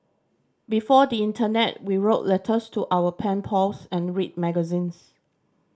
before the internet we wrote letters to our pen pals and read magazines